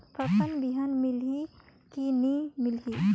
फाफण बिहान मिलही की नी मिलही?